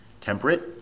temperate